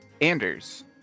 Anders